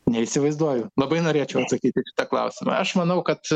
neįsivaizduoju labai norėčiau atsakyti į šitą klausimą aš manau kad